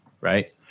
right